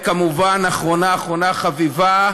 כמובן, אחרונה-אחרונה חביבה,